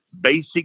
basic